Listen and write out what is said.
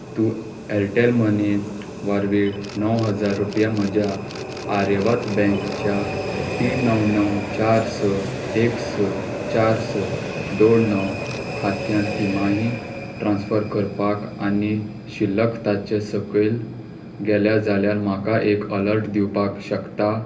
तूं Airtel money वरवीं णव हजार रुपया म्हज्या आर्यावर्त बँकच्या तीन णव णव चार स एक स चार स दोन णव खात्यांत तिमाही ट्रान्स्फर करपाक आनी शिल्लक ताचे सकयल गेल्या जाल्यार म्हाका एक अलर्ट दिवपाक शकता